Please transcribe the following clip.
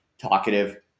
talkative